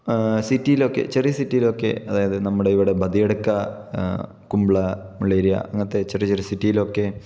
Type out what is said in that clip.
സിറ്റിയിലൊക്കെ ചെറിയ സിറ്റിയിലൊക്കെ അതായത് നമ്മുടെ ഇവിടെ ബദിയെടുക്കാ കുമ്പള മുള്ളേരിയ അങ്ങനത്തെ ചെറിയ ചെറിയ സിറ്റിയിലൊക്കെ